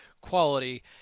quality